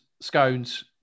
scones